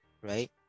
Right